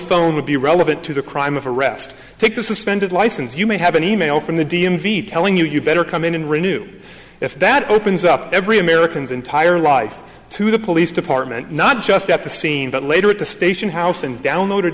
phone would be relevant to the crime of arrest take this is spend of license you may have an e mail from the d m v telling you you better come in and renew if that opens up every americans entire life to the police department not just at the scene but later at the station house and downloaded